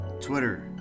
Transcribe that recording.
Twitter